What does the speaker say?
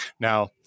Now